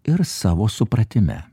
ir savo supratime